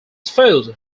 failed